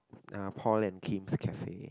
uh Paul and Kim's cafe